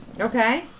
Okay